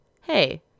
Hey